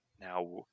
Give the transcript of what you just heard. Now